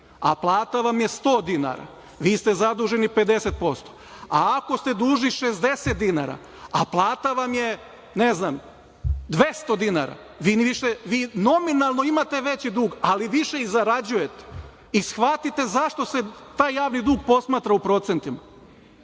a plata vam je 100 dinara, vi ste zaduženi 50%, a ako ste dužni 60 dinara, a plata vam je, ne znam 200 dinara, vi nominalno imate veći dug, ali više i zarađujete i shvatite zašto se taj javni dug posmatra u procentima.